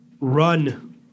run